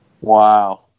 Wow